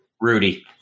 Rudy